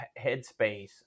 headspace